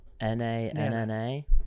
N-A-N-N-A